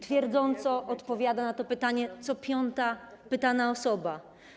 Twierdząco odpowiada na to pytanie co piąta pytana osoba.